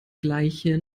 gleiche